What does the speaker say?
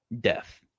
death